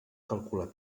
calcular